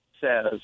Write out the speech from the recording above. says